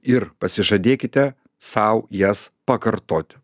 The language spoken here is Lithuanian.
ir pasižadėkite sau jas pakartoti